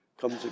comes